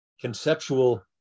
conceptual